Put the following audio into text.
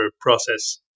process